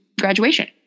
graduation